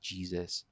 Jesus